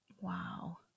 Wow